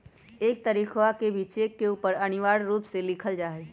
एक तारीखवा के भी चेक के ऊपर अनिवार्य रूप से लिखल जाहई